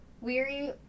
weary